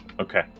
Okay